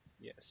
Yes